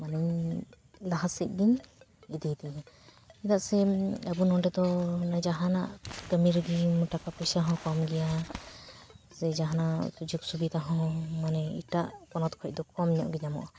ᱢᱟᱱᱮᱧ ᱞᱟᱦᱟᱥᱮᱫᱜᱤᱧ ᱤᱫᱤᱭᱛᱤᱧᱟᱹ ᱪᱮᱫᱟᱜ ᱥᱮ ᱟᱵᱚ ᱱᱚᱸᱰᱮ ᱫᱚ ᱡᱟᱦᱟᱱᱟᱜ ᱠᱟᱹᱢᱤ ᱨᱮᱜᱮ ᱢᱟᱱᱮ ᱴᱟᱠᱟ ᱯᱚᱭᱥᱟ ᱦᱚᱸ ᱠᱚᱢ ᱜᱮᱭᱟ ᱥᱮ ᱡᱟᱦᱟᱱᱟᱜ ᱥᱩᱡᱳᱜᱽ ᱥᱩᱵᱤᱫᱟ ᱦᱚᱸ ᱢᱟᱱᱮ ᱮᱴᱟᱜ ᱯᱚᱱᱚᱛ ᱠᱷᱚᱱ ᱫᱚ ᱠᱚᱢ ᱧᱚᱜᱼᱜᱮ ᱧᱟᱢᱚᱜᱼᱟ